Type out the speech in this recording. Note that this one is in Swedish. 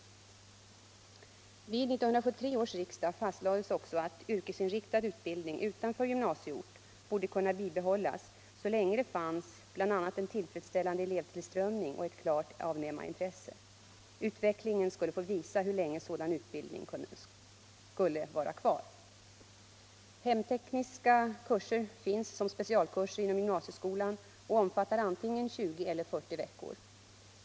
Vid 1973 års riksdag fastlades också att yrkesinriktad utbildning utanför gymnasieort borde kunna bibehållas så länge det fanns bl.a. en tillfredsställande elevtillströmning och ett klart avnämarintresse. Utvecklingen skulle få visa hur länge sådan utbildning skulle vara kvar. Hemtekniska kurser finns som specialkurser inom gymnasieskolan och omfattar antingen 20 eller 40 veckor.